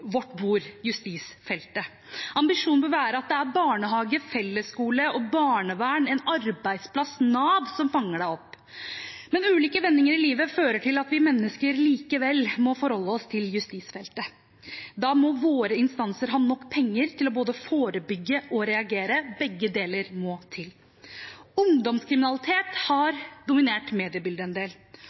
vårt bord: justisfeltet. Ambisjonen bør være at det er barnehage, fellesskole og barnevern, en arbeidsplass eller Nav som fanger en opp. Men ulike vendinger i livet fører til at vi mennesker likevel må forholde oss til justisfeltet. Da må våre instanser ha nok penger til både å forebygge og reagere. Begge deler må til. Ungdomskriminalitet har dominert mediebildet en del.